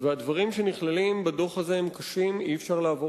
והדברים הנכללים בדוח הזה הם קשים ואי-אפשר לעבור